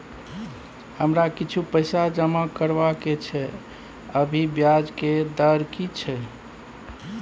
हमरा किछ पैसा जमा करबा के छै, अभी ब्याज के दर की छै?